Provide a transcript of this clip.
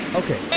okay